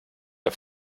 der